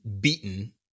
beaten